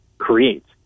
creates